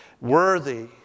worthy